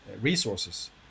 resources